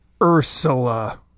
Ursula